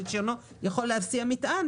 יכול להסיע מטען.